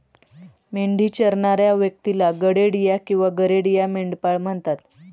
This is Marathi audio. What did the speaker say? मेंढी चरणाऱ्या व्यक्तीला गडेडिया किंवा गरेडिया, मेंढपाळ म्हणतात